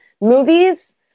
movies